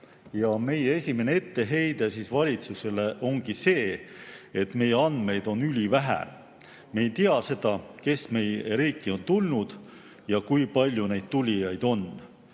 Meie esimene etteheide valitsusele ongi see, et meil andmeid on ülivähe. Me ei tea seda, kes meie riiki on tulnud ja kui palju neid tulijaid on.